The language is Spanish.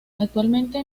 actualmente